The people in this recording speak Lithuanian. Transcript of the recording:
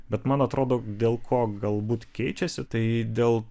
bet man atrodo dėl ko galbūt keičiasi tai dėl